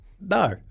No